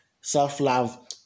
self-love